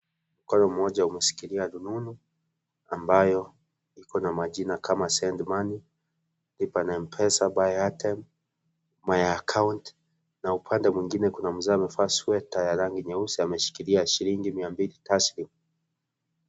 Mkono mmoja umeshikilia rununu, ambayo, iko na majina kama send money lipa na mpesa, buy airtime, my account na upande mwingine kuna mzee amevaa sweater ya rangi nyeusi ameshikilia shilingi mia mbili taslimu.